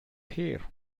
her